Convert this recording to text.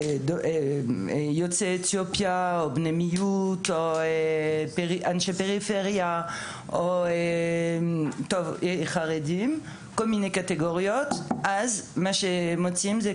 "יוצאי אתיופיה / בני מיעוטים / אנשי פריפריה / חרדים" אז רואים שיש